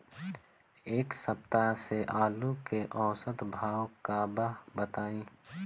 एक सप्ताह से आलू के औसत भाव का बा बताई?